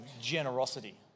generosity